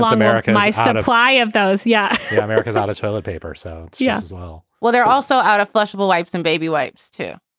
american i said apply of those. yeah. yeah. america's out of toilet paper so yeah. well, well they're also out of flushable wipes and baby wipes too.